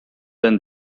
than